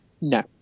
No